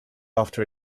after